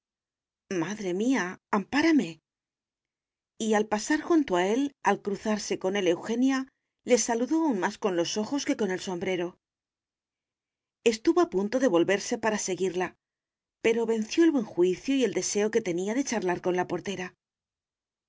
madre mía ampárame y al pasar junto a él al cruzarse con él eugenia le saludó aún más con los ojos que con el sombrero estuvo a punto de volverse para seguirla pero venció el buen juicio y el deseo que tenía de charlar con la portera